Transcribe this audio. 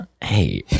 hey